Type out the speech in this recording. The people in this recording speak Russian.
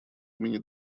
имени